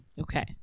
Okay